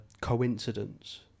coincidence